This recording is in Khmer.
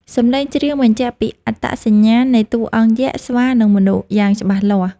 សំឡេងច្រៀងបញ្ជាក់ពីអត្តសញ្ញាណនៃតួអង្គយក្ស ស្វា និងមនុស្ស យ៉ាងច្បាស់លាស់។